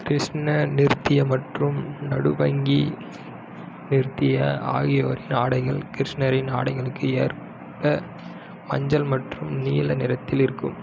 கிருஷ்ண நிருத்யா மற்றும் நடுபங்கி நிருத்யா ஆகியோரின் ஆடைகள் கிருஷ்ணரின் ஆடைகளுக்கு ஏற்ப மஞ்சள் மற்றும் நீல நிறத்தில் இருக்கும்